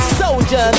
soldier